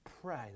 Pray